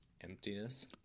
Emptiness